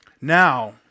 Now